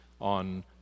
on